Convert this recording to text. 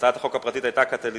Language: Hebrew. הצעת החוק הפרטית היתה הקטליזטור,